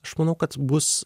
aš manau kad bus